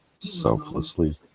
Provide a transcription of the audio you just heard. Selflessly